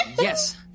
yes